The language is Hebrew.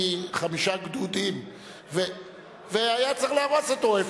חמישה גדודים והיה צריך להרוס אותו,